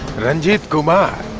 ranjith kumar,